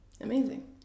Amazing